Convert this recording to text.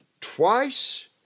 twice